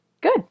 Good